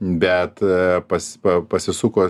bet pas pa pasisuko